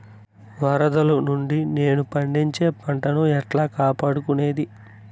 వరదలు నుండి నేను పండించే పంట ను ఎట్లా కాపాడుకునేది?